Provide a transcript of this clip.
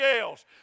else